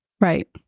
Right